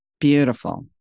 Beautiful